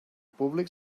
públic